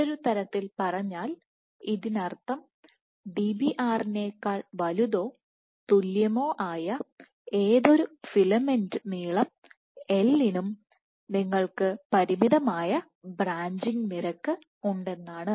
മറ്റൊരു തരത്തിൽ പറഞ്ഞാൽ ഇതിനർത്ഥം Dbr നേക്കാൾ വലുതോ തുല്യമോ ആയ ഏതൊരു ഫിലമെന്റ് നീളം L നും നിങ്ങൾക്ക് പരിമിതമായ ബ്രാഞ്ചിംഗ് നിരക്ക് ഉണ്ടെന്നാണ്